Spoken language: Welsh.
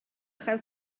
chael